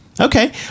okay